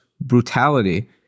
brutality